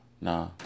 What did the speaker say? Nah